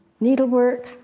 Needlework